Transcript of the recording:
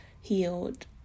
healed